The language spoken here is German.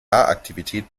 aktivität